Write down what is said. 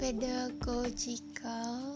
Pedagogical